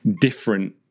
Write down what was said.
different